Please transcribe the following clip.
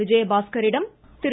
விஜயபாஸ்கரிடம் திரு